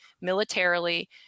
militarily